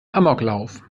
amoklauf